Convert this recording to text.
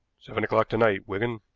seven o'clock to-night, wigan.